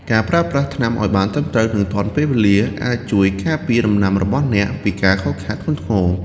ការប្រើប្រាស់ថ្នាំឱ្យបានត្រឹមត្រូវ និងទាន់ពេលវេលាអាចជួយការពារដំណាំរបស់អ្នកពីការខូចខាតធ្ងន់ធ្ងរ។